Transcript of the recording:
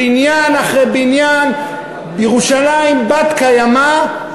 בניין אחרי בניין בירושלים בת-קיימא,